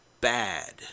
bad